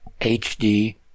HD